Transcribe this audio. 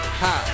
ha